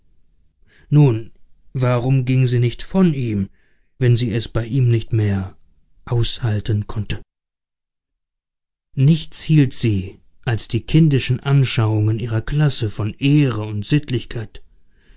nun warum ging sie nicht von ihm wenn sie es bei ihm nicht mehr aushalten konnte nichts hielt sie als die kindischen anschauungen ihrer klasse von ehre und sittlichkeit